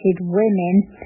women